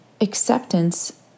acceptance